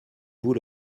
vous